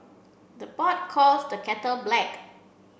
the pot calls the kettle black